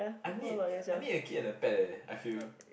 I need uh I need a kid and a pet leh I feel